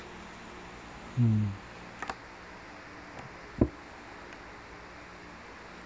mm